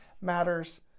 matters